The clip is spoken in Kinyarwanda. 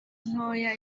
ntoya